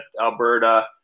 alberta